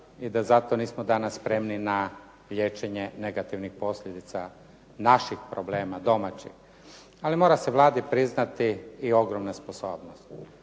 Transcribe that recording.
i da zato nismo danas spremni na liječenje negativnih posljedica naših problema domaćih, ali mora se Vladi priznati i ogromna sposobnost.